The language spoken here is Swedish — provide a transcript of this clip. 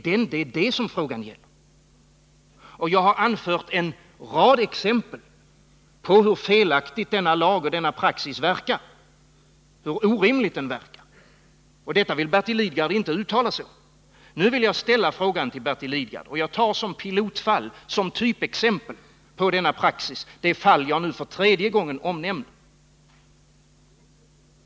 Det är detta frågan gäller, och jag har anfört en rad exempel på hur felaktigt denna lag och denna praxis verkar — hur orimligt den verkar. Detta vill Bertil Lidgard inte uttala sig om. Nu vill jag ställa en fråga till Bertil Lidgard, och jag tar som pilotfall, som typexempel på denna praxis det fall jag nu för tredje gången omnämner.